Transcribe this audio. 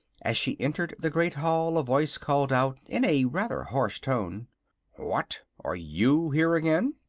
as she entered the great hall a voice called out, in a rather harsh tone what! are you here again?